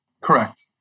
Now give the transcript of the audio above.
Correct